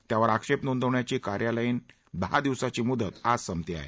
त्यावर आक्षेप नोंदवण्याची कार्यालयीन दहा दिवसाची मुदत आज संपत आहे